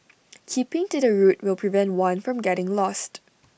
keeping to the route will prevent one from getting lost